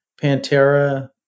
Pantera